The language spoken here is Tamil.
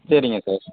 சரிங்க சார்